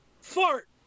fart